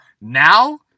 Now